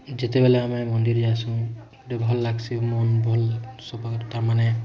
ଯେତେବେଲେ ଆମେ ମନ୍ଦିର୍ ଯାଏସୁଁ ଗୁଟେ ଭଲ୍ ଲାଗ୍ସି ମନ୍ ଭଲ୍ ସବର୍ ତା'ର୍ ମାନେ